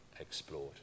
explored